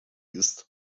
ist